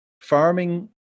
farming